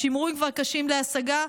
השימורים כבר קשים להשגה?